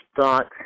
thought